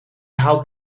haalt